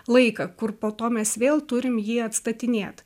laiką kur po to mes vėl turim jį atstatinėt